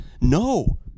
no